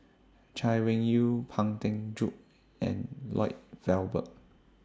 Chay Weng Yew Pang Teck Joon and Lloyd Valberg